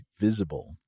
Visible